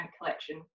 collection